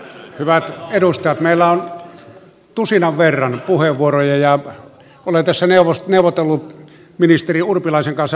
hyvät edustajat meillä on tusinan verran puheenvuoroja ja olen tässä neuvotellut ministeri urpilaisen kanssa